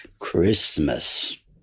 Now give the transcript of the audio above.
Christmas